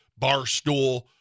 Barstool